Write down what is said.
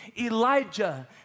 Elijah